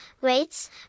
rates